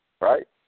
right